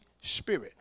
spirit